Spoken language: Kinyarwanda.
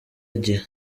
igihe